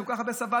שכל כך הרבה סבל,